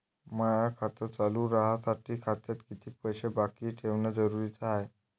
माय खातं चालू राहासाठी खात्यात कितीक पैसे बाकी ठेवणं जरुरीच हाय?